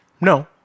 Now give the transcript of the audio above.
No